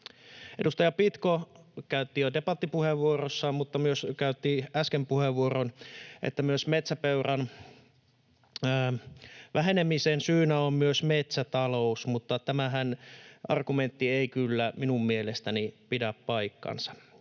Edustaja Pitko käytti jo debattipuheenvuoron mutta myös käytti äsken puheenvuoron siitä, että metsäpeuran vähenemisen syynä on myös metsätalous, mutta tämä argumentti ei kyllä minun mielestäni pidä paikkaansa.